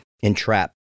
entrap